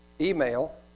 email